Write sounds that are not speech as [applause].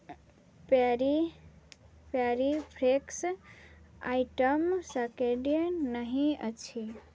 पैरी पैरी फ्रैक्स item sacked [unintelligible] नहि अछि